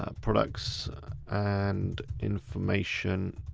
ah products and information